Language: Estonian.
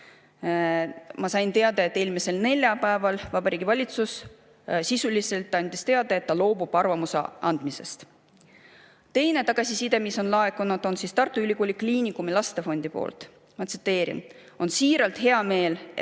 Ma sain teada, et eelmisel neljapäeval Vabariigi Valitsus sisuliselt andis teada, et ta loobub arvamuse andmisest. Teine tagasiside, mis on laekunud, on Tartu Ülikooli Kliinikumi Lastefondilt. Ma tsiteerin: "[...] on siiralt hea meel, et